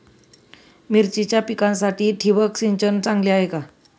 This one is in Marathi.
मिरचीच्या पिकासाठी ठिबक सिंचन चांगले आहे का?